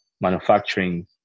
manufacturing